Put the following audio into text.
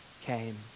came